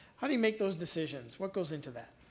how do you make those decisions? what goes into that?